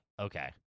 Okay